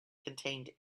contained